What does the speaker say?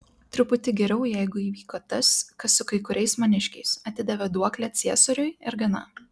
truputį geriau jeigu įvyko tas kas su kai kuriais maniškiais atidavė duoklę ciesoriui ir gana